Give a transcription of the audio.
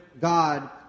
God